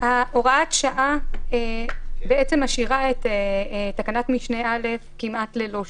הוראת השעה בעצם משאירה את תקנת משנה (א) כמעט ללא שינוי,